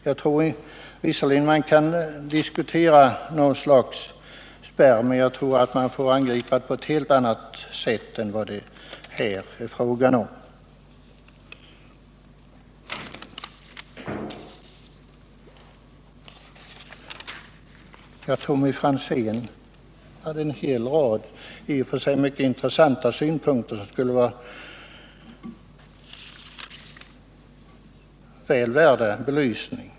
Jag tror visserligen att man kan diskutera något slags marginalskattespärr men menar att man får angripa det problemet på ett helt annat sätt än vad som här angivits. Tommy Franzén anförde en hel rad i och för sig mycket intressanta synpunkter, som skulle vara väl värda en belysning.